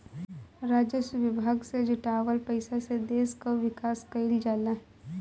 राजस्व विभाग से जुटावल पईसा से देस कअ विकास कईल जाला